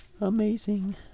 amazing